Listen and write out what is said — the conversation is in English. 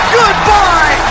goodbye